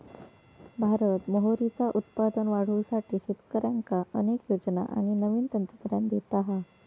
भारत मोहरीचा उत्पादन वाढवुसाठी शेतकऱ्यांका अनेक योजना आणि नवीन तंत्रज्ञान देता हा